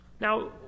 Now